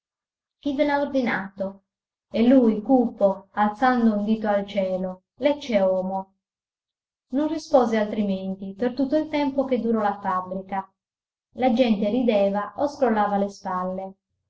ve l'ha ordinato e lui cupo alzando un dito al cielo l'ecce homo non rispose altrimenti per tutto il tempo che durò la fabbrica la gente rideva o scrollava le spalle